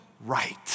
right